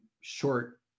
short